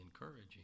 encouraging